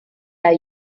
are